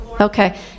okay